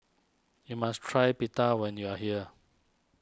you must try Pita when you are here